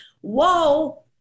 whoa